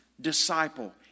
disciple